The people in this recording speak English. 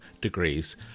degrees